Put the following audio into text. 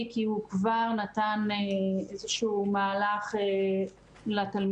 כי הוא כבר נתן איזשהו מהלך לתלמידים,